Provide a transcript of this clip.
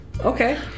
Okay